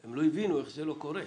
הם לא הבינו איך זה לא קורה.